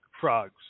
frogs